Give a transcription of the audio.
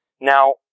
Now